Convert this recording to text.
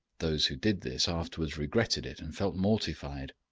those who did this afterwards regretted it and felt mortified.